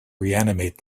reanimate